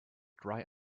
dry